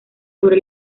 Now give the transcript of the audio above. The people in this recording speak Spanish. sobre